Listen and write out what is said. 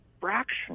fraction